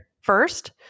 first